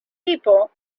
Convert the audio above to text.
people